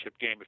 game